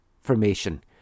formation